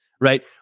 right